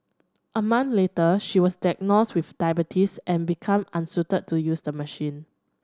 a month later she was diagnosed with diabetes and become unsuited to use the machine